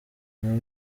nawe